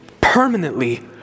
permanently